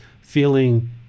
feeling